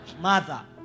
Mother